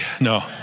No